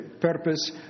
purpose